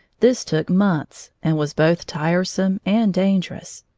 this took months and was both tiresome and dangerous.